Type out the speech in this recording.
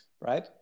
Right